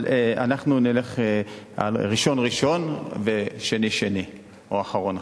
אבל אנחנו נלך ראשון-ראשון ושני-שני או אחרון-אחרון.